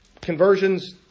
conversions